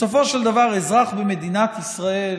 בסופו של דבר, אזרח במדינת ישראל